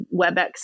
WebEx